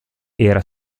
era